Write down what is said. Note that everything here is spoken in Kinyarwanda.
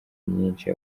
myinshi